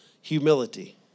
humility